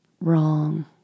wrong